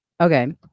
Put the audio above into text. Okay